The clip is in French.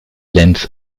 lens